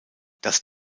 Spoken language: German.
das